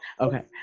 okay